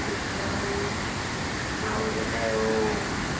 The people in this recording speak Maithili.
अच्छा ओ जे छै ओ